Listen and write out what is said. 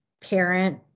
parent